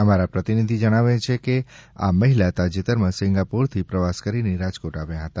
અમારા પ્રતિનિધિ જણાવે છે કે આ મહિલા તાજેતરમાં સિંગાપોરથી પ્રવાસ કરીને રાજકોટ આવ્યા હતા